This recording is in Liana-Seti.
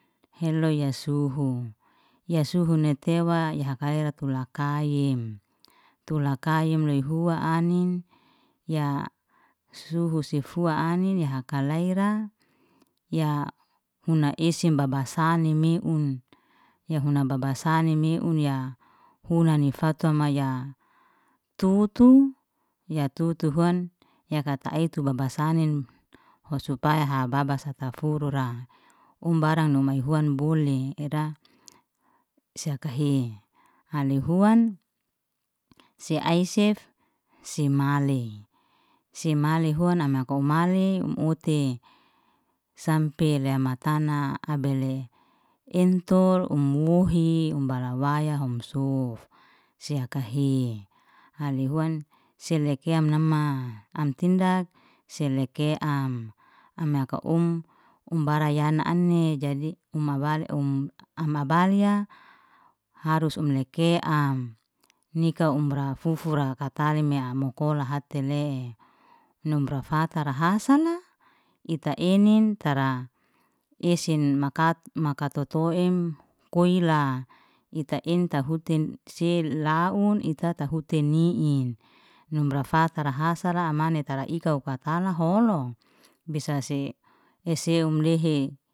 Heloy ya suhu ya suhu ni tewa i hakaira tulak kaim, tula kaim loy hua anin ya suhu si fua anin ya hakalayra ya huna ese baba sani meun ya huna babasani meun ya hunani fatwa maya tutu ya tutu huan yaka ta'ai tu baba saninho supayha baba sa taforura. Um barang nu maihua bole ira se hakahe ani huan si aisef si male, si male huan am maku male um uti sampele matana abele entol um muhi, um bala wayahom suf, sia hakahe ali huan selekea am nama am dindak seleke am, am haka um um bara yana ani jadi uma bali um am abalya harus um leke am nika umra fufura katele mea mukola hatele'e num rafata hasana ita enin tara esen maka makatotoim koila ita enta hute se laun ita tahuti ni'in num fatara hasara amane tara ikau fatala holo bisa si ese um lehe.